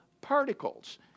particles